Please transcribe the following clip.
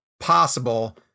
possible